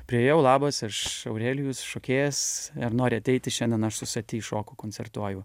priėjau labas aš aurelijus šokėjas ar nori ateiti šiandien aš su sati šoku koncertuoju